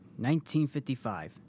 1955